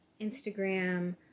Instagram